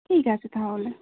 ঠিক আছে তাহলে